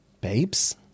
Babes